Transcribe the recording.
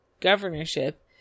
governorship